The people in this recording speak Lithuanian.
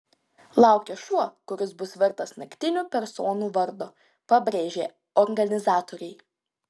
laukia šou kuris bus vertas naktinių personų vardo pabrėžė organizatoriai